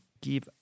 give